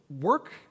work